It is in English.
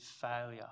failure